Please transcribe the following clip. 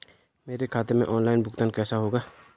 मेरे खाते में ऑनलाइन भुगतान कैसे होगा?